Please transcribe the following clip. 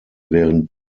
während